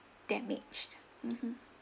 damaged mmhmm